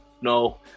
no